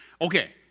Okay